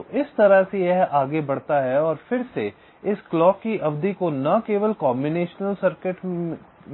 तो इस तरह से यह आगे बढ़ता है और फिर से इस क्लॉक की अवधि को न केवल कॉम्बिनेशन सर्किट